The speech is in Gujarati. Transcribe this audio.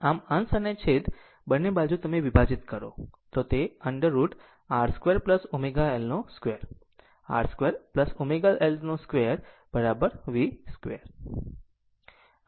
આમ અંશ અને છેદ બંને બાજુ તમે વિભાજીત કરો √ over R 2 ω L 2 R 2 ω L2 2 v